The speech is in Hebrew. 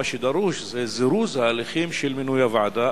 מה שדרוש זה זירוז ההליכים של מינוי הוועדה.